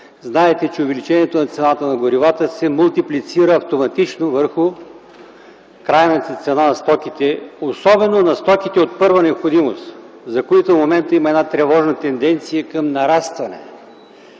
знаете, че увеличението на цената на горивата се мултиплицира автоматично върху крайната цена на стоките, особено на стоките от първа необходимост, за които в момента има една тревожна тенденция към нарастване.